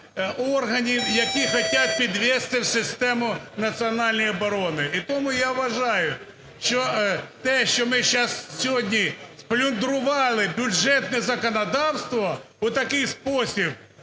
органів, які хочуть підвести систему національної оборони. І тому я вважаю, що те, що ми зараз сьогодні плюндрували бюджетне законодавства у такий спосіб,